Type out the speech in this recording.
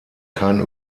kein